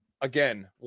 Again